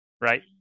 right